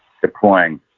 deploying